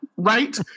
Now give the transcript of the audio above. right